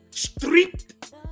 Street